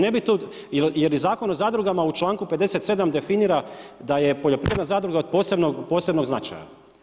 Jer je Zakon o zadruga u čl. 57 definira da je poljoprivredna zadruga od posebnog značaja.